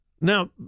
Now